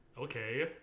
okay